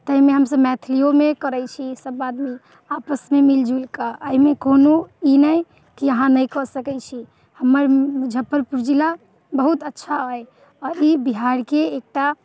ताहि मे हमसभ मैथिलियो मे करै छी सभ आदमी आपस मे मिल जुलि कऽ एहिमे कोनो ई नहि कि अहाँ नहि कऽ सकै छी हमर मुजफ्फरपुर जिला बहुत अच्छा अछि आओर ई बिहार के एकटा